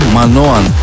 Manoan